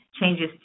changes